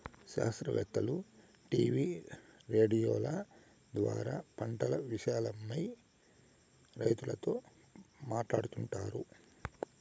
శాస్త్రవేత్తలు టీవీ రేడియోల ద్వారా పంటల విషయమై రైతులతో మాట్లాడుతారు